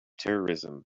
terrorism